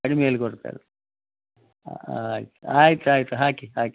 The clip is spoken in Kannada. ಕಡ್ಮೆಯಲ್ಲಿ ಕೊಡ್ತಾರೆ ಹಾಗೆ ಆಯ್ತು ಆಯ್ತು ಹಾಕಿ ಹಾಕಿ